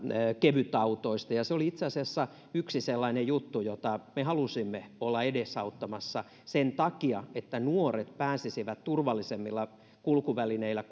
kevytautoista ja se oli itse asiassa yksi sellainen juttu jota me halusimme olla edesauttamassa sen takia että nuoret pääsisivät turvallisemmilla kulkuvälineillä